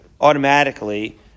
automatically